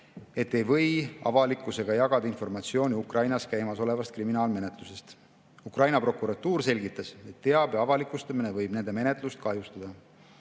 et ei või avalikkusega jagada informatsiooni Ukrainas käimasoleva kriminaalmenetluse kohta. Ukraina prokuratuur selgitas, et teabe avalikustamine võib nende menetlust kahjustada.